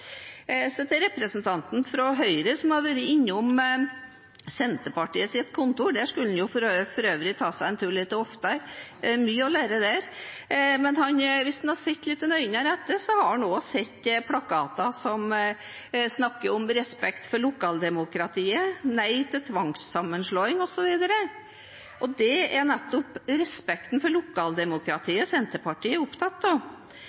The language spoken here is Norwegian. Til representanten fra Høyre som hadde vært innom Senterpartiets kontor – dit skulle han for øvrig ta seg en tur litt oftere, det er mye å lære der: Hvis han hadde sett litt nøyere etter, hadde han også sett plakater om respekt for lokaldemokratiet, nei til tvangssammenslåing osv. Det er nettopp respekten for lokaldemokratiet Senterpartiet er opptatt av.